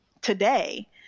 today